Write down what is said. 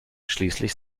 schließlich